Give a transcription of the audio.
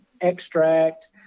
extract